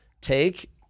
take